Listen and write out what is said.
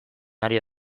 ari